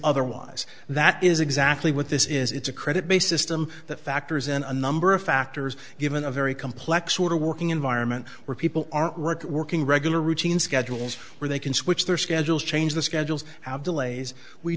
otherwise that is exactly what this is it's a credit bassist i'm the factors in a number of factors given a very complex order working environment where people aren't right working regular routine schedules where they can switch their schedules change the schedules have delays we